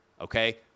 okay